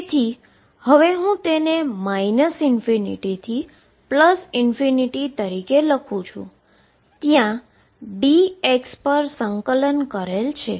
તેથી હવે હું તેને ∞ થી તરીકે લખું છું ત્યાં dx ઉપર ઈન્ટીગ્રેશન કરેલ છે